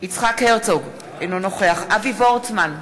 יצחק הרצוג, אינו נוכח אבי וורצמן,